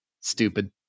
stupid